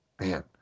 Man